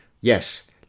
yes